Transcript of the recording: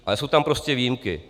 Ale jsou tam prostě výjimky.